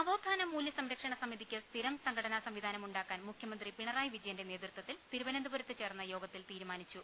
നവോത്ഥാന മൂല്യസംരക്ഷണ സമിതിയ്ക്ക് സ്ഥിരം സംഘട നാ സംവിധാനമുണ്ടാക്കാൻ മുഖ്യമന്ത്രി പിണറായി വിജയന്റെ നേതൃത്വത്തിൽ തിരുവനന്തപുരത്ത് ചേർന്ന യോഗത്തിൽ തീരു മാനിച്ചു